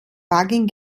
wagen